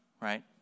right